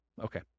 Okay